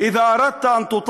נוסף על כך נאמר: אם אתה רוצה